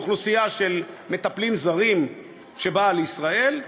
מאוכלוסייה של מטפלים זרים שבאה לישראל,